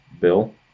Bill